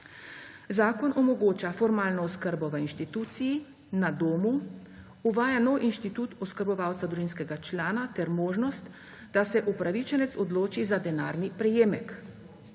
Zakon omogoča formalno oskrbo v inštituciji, na domu, uvaja nov inštitut oskrbovalca družinskega člana ter možnost, da se upravičenec odloči za denarni prejemek.